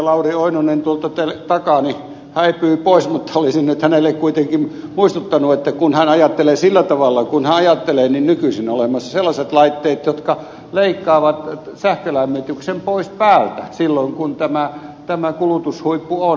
lauri oinonen tuolta takaani häipyi pois mutta olisin nyt hänelle kuitenkin muistuttanut että kun hän ajattelee sillä tavalla kuin hän ajattelee niin nykyisin on olemassa sellaiset laitteet jotka leikkaavat sähkölämmityksen pois päältä silloin kun tämä kulutushuippu on